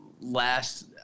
last